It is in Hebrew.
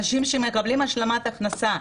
אנשים שמקבלים השלמת הכנסה,